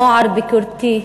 בנוער ביקורתי,